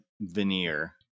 veneer